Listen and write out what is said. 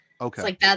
Okay